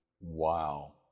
Wow